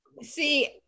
see